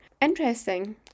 Interesting